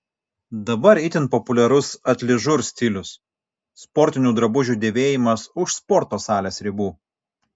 dabar itin populiarus atližur stilius sportinių drabužių dėvėjimas už sporto salės ribų